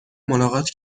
ملاقات